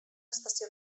estació